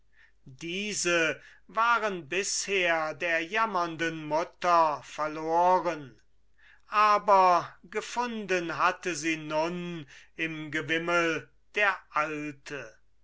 diese waren bisher der jammernden mutter verloren aber gefunden hatte sie nun im gewimmel der alte